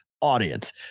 audience